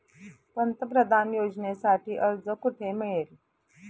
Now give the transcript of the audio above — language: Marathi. पंतप्रधान योजनेसाठी अर्ज कुठे मिळेल?